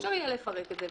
כי אי אפשר יהיה לפרק את זה.